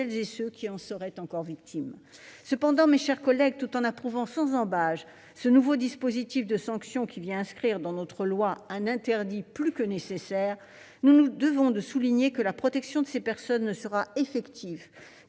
celles et ceux qui en seraient encore victimes. Cependant, mes chers collègues, tout en approuvant sans réserve ce nouveau dispositif de sanction, qui vient inscrire dans notre droit un interdit plus que nécessaire, nous nous devons de souligner que la protection de ces personnes ne sera effective